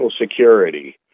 Security